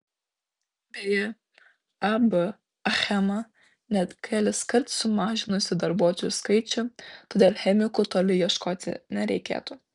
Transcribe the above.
beje ab achema net keliskart sumažinusi darbuotojų skaičių todėl chemikų toli ieškoti nereikėtų